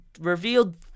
revealed